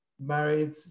married